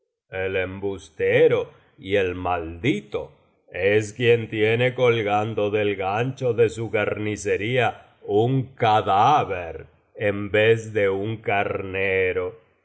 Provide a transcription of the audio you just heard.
el embustero y el maldito es quien tiene colgando del gancho ele su carnicería un cadáver en vez de un carnero